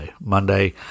Monday